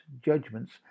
judgments